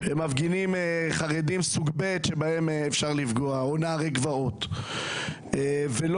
מפגינים חרדים סוג ב' או נערי גבעות שבהם אפשר לפגוע.